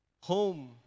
home